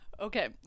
Okay